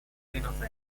innocent